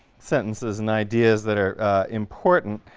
sentences and ideas that are important.